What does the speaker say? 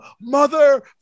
Mother